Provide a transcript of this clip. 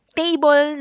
table